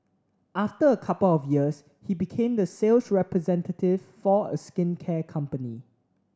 after a couple of years he became the sales representative for a skincare company